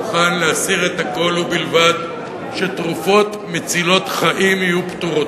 מוכן להסיר את הכול ובלבד שתרופות מצילות חיים יהיו פטורות,